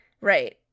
Right